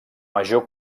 major